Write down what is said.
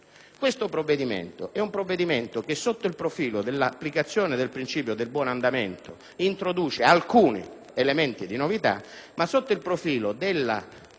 Il provvedimento in esame sotto il profilo dell'applicazione del principio del buon andamento introduce alcuni elementi di novità, ma sotto quello della